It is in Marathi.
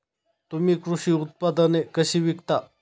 तुम्ही कृषी उत्पादने कशी विकता?